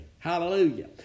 Hallelujah